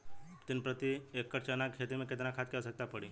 तीन प्रति एकड़ चना के खेत मे कितना खाद क आवश्यकता पड़ी?